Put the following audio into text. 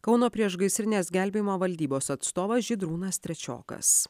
kauno priešgaisrinės gelbėjimo valdybos atstovas žydrūnas trečiokas